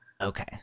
okay